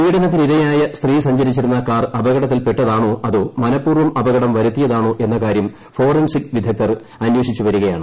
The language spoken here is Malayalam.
പീഡനത്തിനിരയായ സ്ത്രീ സഞ്ചരിച്ചിരുന്ന കാർ അപകടത്തിൽപ്പെട്ടതാണോ അതോ മനപൂർവ്വം അപകടം വരുത്തിയതാണോ എന്ന കാര്യം ഫോറൻസിക് വിദഗ്ധൻ അന്വേഷിച്ച് വരികയാണ്